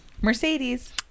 mercedes